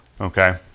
Okay